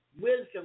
wisdom